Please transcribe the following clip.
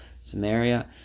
Samaria